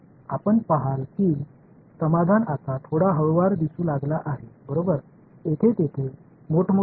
இங்கே பெரிய தாவல்கள் இருந்தன இப்போது இன்னும் ஒரு பெரிய தாவல்கள் இங்கே உள்ளன ஆனால் இந்த தாவல்கள் இப்போது சிறியதாக உள்ளன